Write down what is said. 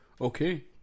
okay